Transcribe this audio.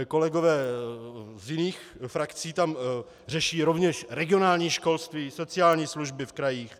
Kolegové z jiných frakcí tam řeší rovněž regionální školství, sociální služby v krajích.